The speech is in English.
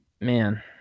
man